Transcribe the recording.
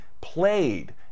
played